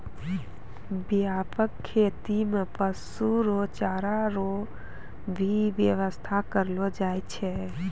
व्यापक खेती मे पशु रो चारा रो भी व्याबस्था करलो जाय छै